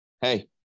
hey